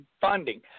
funding